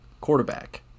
Quarterback